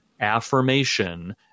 affirmation